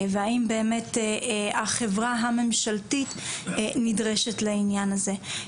והאם באמת החברה הממשלתית נדרשת לעניין הזה.